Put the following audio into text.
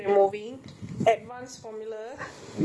an expert in indoor drying